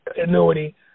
annuity